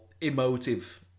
emotive